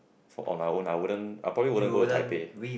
for own my own I wouldn't I probably wouldn't go to Taipei